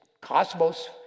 cosmos